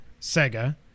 Sega